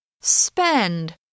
Spend